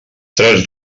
tres